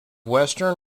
western